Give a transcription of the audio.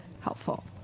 helpful